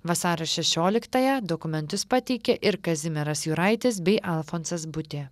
vasario šešioliktąją dokumentus pateikė ir kazimieras juraitis bei alfonsas butė